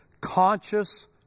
conscious